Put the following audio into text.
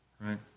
right